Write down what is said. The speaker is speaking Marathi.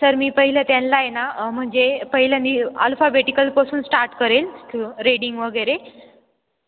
सर मी पहिलं त्यांना आहे ना म्हणजे पहिलं मी अल्फाबेटिकलपासून स्टार्ट करेन ते रेडिंग वगैरे